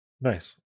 Nice